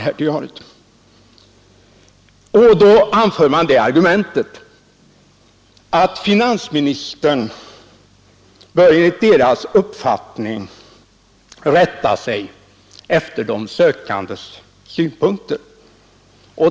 Finansministern bör enligt reservanternas uppfattning — det är det argument man anför — rätta sig efter de sökandes synpunkter.